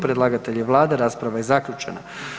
Predlagatelj je Vlada, rasprava je zaključena.